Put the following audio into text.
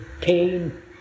pain